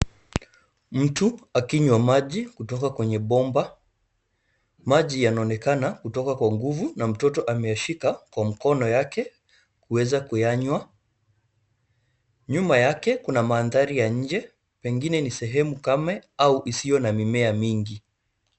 Mtu akinywa maji kutoka kwenye bomba. Maji yanaonekana kutoka kwa nguvu na mtoto ameyashika kwa mkono yake kuweza kuyanywa. Nyuma yake kuna mandhari ya nje, pengine ni sehemu karme au isiyo na mimea mingi.